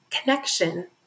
connection